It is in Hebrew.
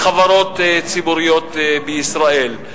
בחברות ציבוריות בישראל.